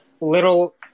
little –